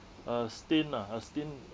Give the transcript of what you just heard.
a stint ah a stint